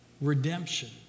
Redemption